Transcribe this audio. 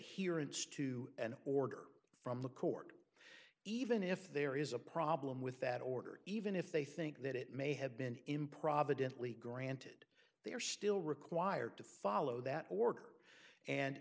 here it's to an order from the court even if there is a problem with that order even if they think that it may have been improvidently granted they are still required to follow that order and